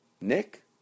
Nick